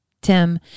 Tim